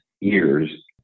years